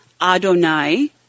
Adonai